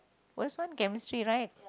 worst one chemistry right